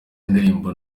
indirimbo